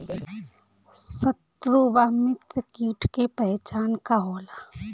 सत्रु व मित्र कीट के पहचान का होला?